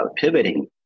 pivoting